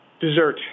Dessert